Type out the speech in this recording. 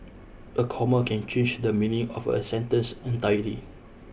a comma can change the meaning of a sentence entirely